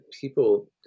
people